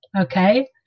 Okay